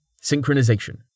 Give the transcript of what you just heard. synchronization